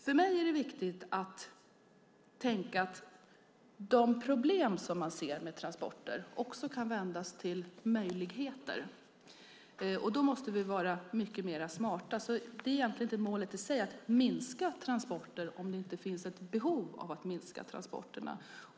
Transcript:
För mig är det viktigt att tänka att de problem som man ser med transporter också kan vändas till möjligheter. Då måste vi vara mycket mer smarta. Målet i sig är egentligen inte att minska transporterna, om det inte finns ett behov av att minska transporterna.